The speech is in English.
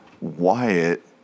Wyatt